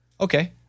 Okay